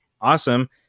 awesome